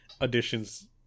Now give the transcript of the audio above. additions